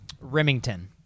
Remington